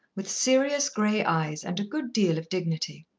with serious grey eyes and a good deal of dignity.